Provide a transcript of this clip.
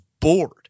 bored